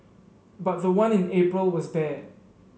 but the one in April was bad